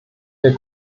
der